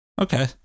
Okay